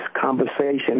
conversation